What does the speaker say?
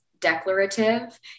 declarative